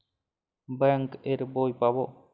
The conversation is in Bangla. বাংক এর বই পাবো?